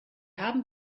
haben